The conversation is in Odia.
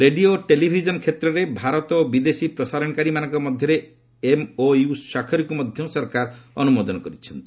ରେଡିଓ ଓ ଟେଲିଭିଜନ କ୍ଷେତ୍ରରେ ଭାରତ ଓ ବିଦେଶୀ ପ୍ରସାରଣକାରୀ ମାନଙ୍କ ମଧ୍ୟରେ ଏମ୍ଓୟୁ ସ୍ୱାକ୍ଷରକୁ ମଧ୍ୟ ସରକାର ଅନୁମୋଦନ କରିଛନ୍ତି